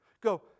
go